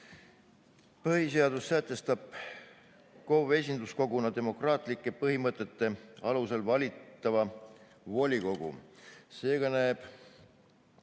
Põhiseadus sätestab KOV-i esinduskoguna demokraatlike põhimõtete alusel valitava volikogu. Seega näeb